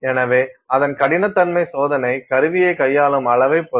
எனவே அதன் கடினத்தன்மை சோதனை கருவியை கையாளும் அளவைப் பொறுத்து